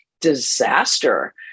disaster